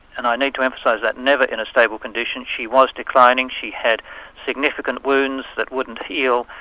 and i need to emphasise that, never in a stable condition. she was declining, she had significant wounds that wouldn't heal,